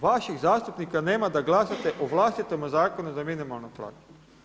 Vaših zastupnika nema da glasate o vlastitom Zakonu za minimalnu plaću.